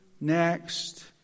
next